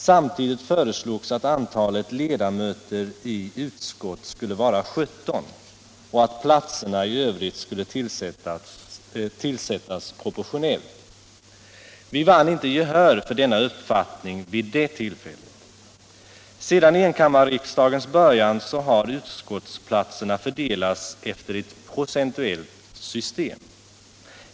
Samtidigt föreslogs att antalet ledamöter i utskott skulle vara 17 och att platserna i övrigt skulle tillsättas proportionellt. Vi vann inte gehör för denna uppfattning vid det tillfället. Sedan enkammarriksdagens början har utskottsplatserna fördelats efter ett procentuellt system.